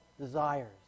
desires